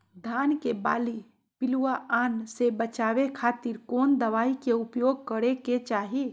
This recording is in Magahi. धान के बाली पिल्लूआन से बचावे खातिर कौन दवाई के उपयोग करे के चाही?